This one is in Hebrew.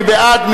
מי בעד?